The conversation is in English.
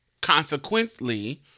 Consequently